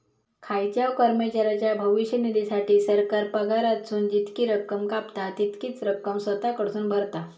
खायच्याव कर्मचाऱ्याच्या भविष्य निधीसाठी, सरकार पगारातसून जितकी रक्कम कापता, तितकीच रक्कम स्वतः कडसून भरता